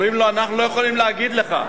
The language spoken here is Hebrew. אומרים לו: אנחנו לא יכולים להגיד לך,